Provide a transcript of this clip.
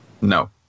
No